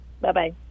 Bye-bye